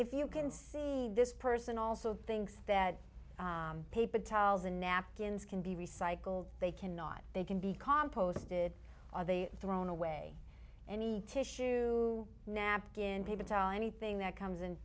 if you can see this person also thinks that paper towels and napkins can be recycled they cannot they can be composted thrown away any tissue napkin people tell anything that comes in